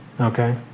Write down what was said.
Okay